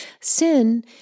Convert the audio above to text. Sin